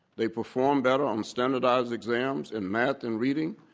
they perform better on standardized exams in math and reading.